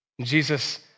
Jesus